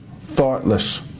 thoughtless